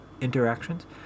interactions